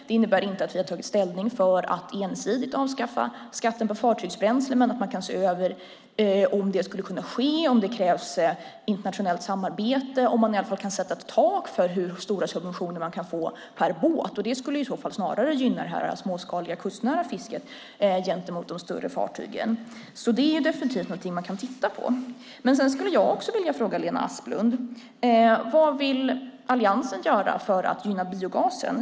Det innebär inte att vi har tagit ställning för att ensidigt avskaffa skatten på fartygsbränsle, men man kan se över om det skulle kunna ske, om det krävs internationellt samarbete och om man i alla fall kan sätta ett tak för hur stora subventioner man kan få per båt. Det skulle i så fall snarare gynna det småskaliga kustnära fisket gentemot de större fartygen. Det är alltså definitivt någonting man kan titta på. Sedan skulle jag också vilja fråga Lena Asplund: Vad vill Alliansen göra för att gynna biogasen?